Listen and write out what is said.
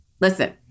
Listen